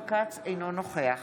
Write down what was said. אינו נוכח